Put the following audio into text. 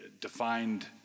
defined